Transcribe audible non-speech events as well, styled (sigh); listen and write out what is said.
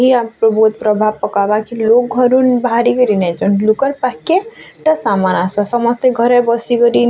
(unintelligible) ବହୁତ ପ୍ରଭାବ ପକାଵା କି ଲୋକ୍ ଘରୁ ବାହାରିକରି ନାଇଁଯାଅନ୍ ଲୁକର୍ ପାଖକେ ତା ସମାନ୍ ଅସ୍ବା ସମସ୍ତେ ଘରେ ବସିକରି ନିଜ